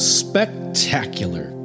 spectacular